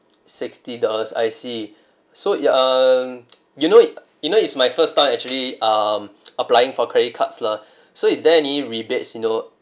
sixty dollars I see so ya um you know it you know it's my first time actually um applying for credit cards lah so is there any rebates you know